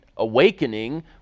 Awakening